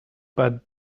but